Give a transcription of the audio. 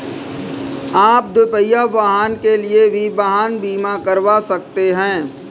आप दुपहिया वाहन के लिए भी वाहन बीमा करवा सकते हैं